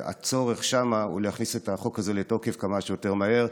הצורך שם הוא להכניס את החוק הזה לתוקף כמה שיותר מהר.